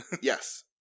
Yes